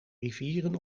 rivieren